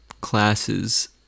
classes